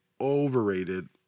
overrated